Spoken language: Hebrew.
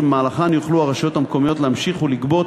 שבמהלכן יוכלו הרשויות המקומיות להמשיך לגבות